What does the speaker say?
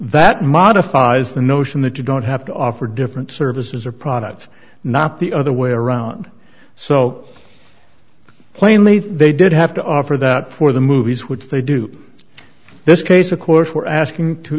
that modifies the notion that you don't have to offer different services or products not the other way around so plainly they did have to offer that for the movies which they do this case of course we're asking to